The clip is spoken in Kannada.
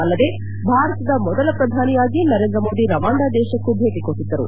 ಅಲ್ಲದೆ ಭಾರತದ ಮೊದಲ ಪ್ರಧಾನಿಯಾಗಿ ನರೇಂದ್ರ ಮೋದಿ ರವಾಂಡ ದೇಶಕ್ಕೂ ಭೇಟಿ ಕೊಟ್ಟದ್ದರು